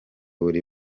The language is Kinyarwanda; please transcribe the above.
buri